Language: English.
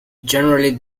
generally